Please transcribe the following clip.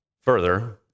Further